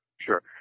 Sure